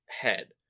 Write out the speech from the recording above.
head